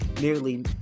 nearly